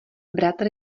bratr